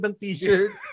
t-shirt